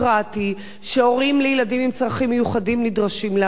שהורים לילדים עם צרכים מיוחדים נדרשים לעבור,